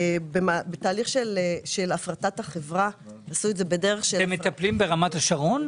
בתהליך של הפרטת החברה --- אתם מטפלים ברמת השרון?